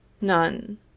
NONE